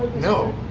no.